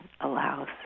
allows